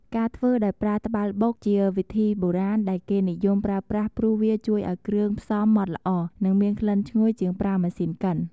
ការធ្វើដោយប្រើត្បាល់បុក ជាវិធីបុរាណដែលគេនិយមប្រើប្រាស់ព្រោះវាជួយឱ្យគ្រឿងផ្សំម៉ដ្តល្អ និងមានក្លិនឈ្ងុយជាងប្រើម៉ាសុីនកិន។